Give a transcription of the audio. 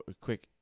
quick